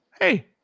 Hey